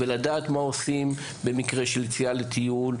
אלא לדעת מה עושים במקרה של יציאה לטיול,